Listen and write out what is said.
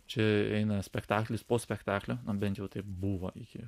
čia eina spektaklis po spektaklio bent jau taip buvo iki